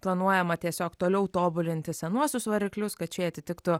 planuojama tiesiog toliau tobulinti senuosius variklius kad šie atitiktų